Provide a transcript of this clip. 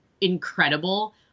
incredible